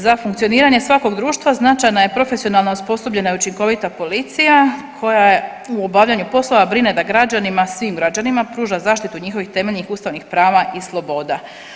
Za funkcioniranje svakog društva značajna je profesionalna, osposobljena i učinkovita policija koja u obavljanju poslova brine da građanima, svim građanima, pruža zaštitu njihovih temeljnih ustavnih prava i sloboda.